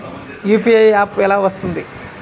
UPI app ఎలా వస్తుంది?